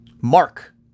Mark